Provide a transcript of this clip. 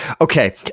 Okay